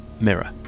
mirror